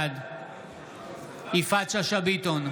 בעד יפעת שאשא ביטון,